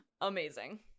Amazing